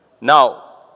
Now